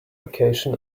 location